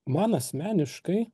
man asmeniškai